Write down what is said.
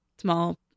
small